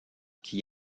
qui